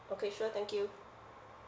okay sure thank you